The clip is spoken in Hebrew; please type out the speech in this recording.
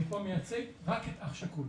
אני פה מייצג רק את אח שכול.